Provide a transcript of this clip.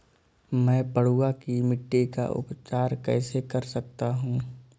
मैं पडुआ की मिट्टी का उपचार कैसे कर सकता हूँ?